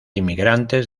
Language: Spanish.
inmigrantes